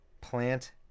Plant